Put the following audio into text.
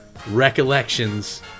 Recollections